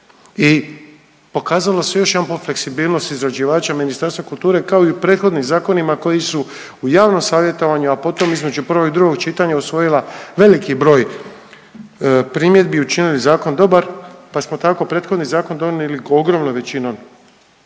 …/Govornik se ne razumije/…fleksibilnosti izrađivača Ministarstva kulture kao i u prethodim zakonima koji su u javnom savjetovanju, a potom između prvog i drugog čitanja usvojila veliki broj primjedbi i učinili zakon dobar, pa smo tako prethodni zakon donijeli ogromnom većinom